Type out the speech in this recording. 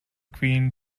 queen